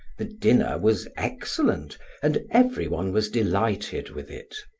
the dinner was excellent and everyone was delighted with it.